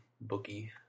bookie